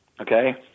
Okay